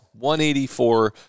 184